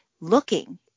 looking